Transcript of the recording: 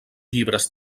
llibres